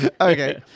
Okay